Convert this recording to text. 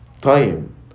time